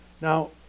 Now